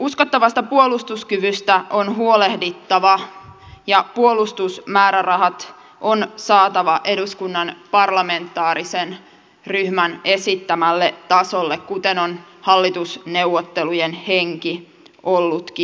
uskottavasta puolustuskyvystä on huolehdittava ja puolustusmäärärahat on saatava eduskunnan parlamentaarisen ryhmän esittämälle tasolle kuten on hallitusneuvottelujen henki ollutkin